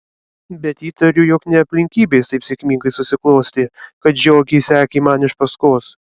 bet įtariu jog ne aplinkybės taip sėkmingai susiklostė kad žiogė sekė man iš paskos